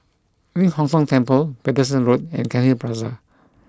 Ling Hong Tong Temple Paterson Road and Cairnhill Plaza